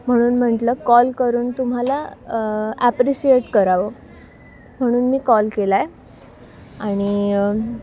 म्हणून म्हंटलं कॉल करून तुम्हाला ॲप्रिशिएट करावं म्हणून मी कॉल केलाय आणि